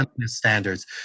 standards